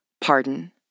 pardon